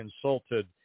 consulted